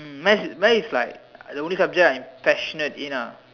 um math math is like the only subject I'm passionate in ah